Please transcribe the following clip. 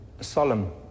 Solemn